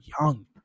young